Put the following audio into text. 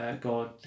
God